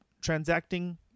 Transacting